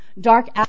dark